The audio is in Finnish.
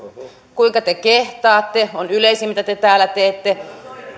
kuinka te kehtaatte on yleisin mitä te täällä teette